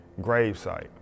gravesite